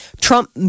trump